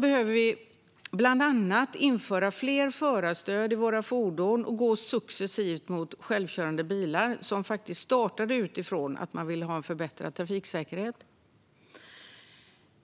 behöver vi bland annat införa fler förarstöd i våra fordon och successivt gå mot självkörande bilar, något som faktiskt startade utifrån att man ville ha en förbättrad trafiksäkerhet.